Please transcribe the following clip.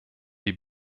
die